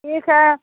ठीक है